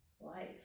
life